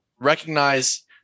recognize